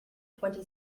twenty